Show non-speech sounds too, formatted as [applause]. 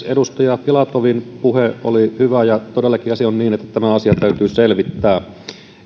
[unintelligible] edustaja filatovin puhe oli hyvä ja todellakin asia on niin että tämä asia täytyy selvittää